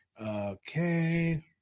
Okay